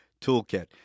toolkit